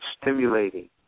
stimulating